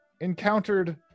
encountered